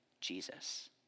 Jesus